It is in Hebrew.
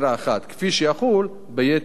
כפי שיחול ביתר הארץ.